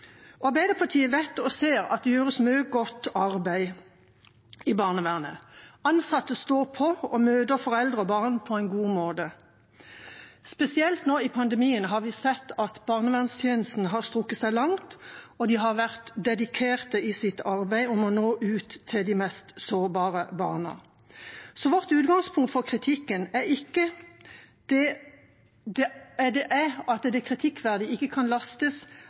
Arbeiderpartiet vet og ser at det gjøres mye godt arbeid i barnevernet. Ansatte står på og møter foreldre og barn på en god måte. Spesielt nå under pandemien har vi sett at barnevernstjenesten har strukket seg langt, og de har vært dedikerte i sitt arbeid med å nå ut til de mest sårbare barna. Så vårt utgangspunkt for kritikken er at det som er kritikkverdig, ikke kan lastes de ansatte, men at det